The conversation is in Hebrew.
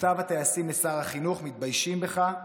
מכתב הטייסים לשר החינוך: מתביישים בך,